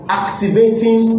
activating